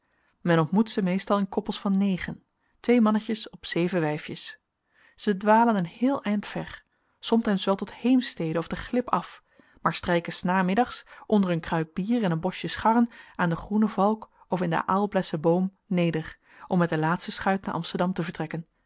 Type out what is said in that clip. men ontmoet ze meestal in koppels van negenen twee mannetjes op zeven wijfjes ze dwalen een heel end ver somtijds wel tot heemstede of de glip af maar strijken s namiddags onder een kruik bier en een bosje scharren aan de groene valk of in den aalbessenboom neder om met de laatste schuit naar amsterdam te vertrekken